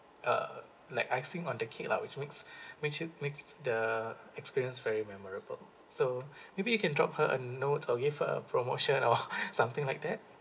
uh like icing on the cake lah which makes which it makes the experience very memorable so maybe you can drop her a note or give her a promotion or something like that